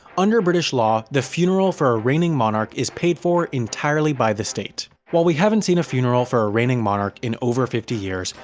under british law, the funeral for a reigning monarch is paid for entirely by the state. while we haven't seen a funeral for a reigning monarch for over fifty years,